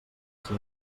dels